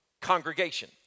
congregation